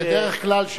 בדרך כלל,